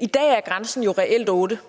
I dag er grænsen jo reelt 8 år.